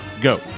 go